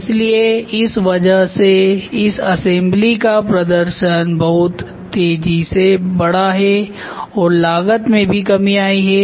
इसलिए इस वजह से इस असेंबली का प्रदर्शन बहुत तेजी से बढ़ा है और लागत में भी कमी आई है